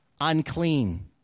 unclean